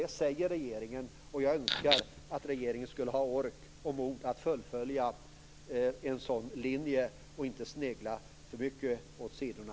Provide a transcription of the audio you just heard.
Det sägs också av regeringen, och jag önskar att regeringen skulle ha ork och mod att fullfölja en sådan linje utan att snegla så mycket åt sidorna.